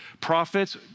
prophets